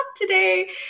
today